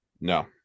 No